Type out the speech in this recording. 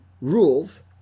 rules